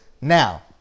now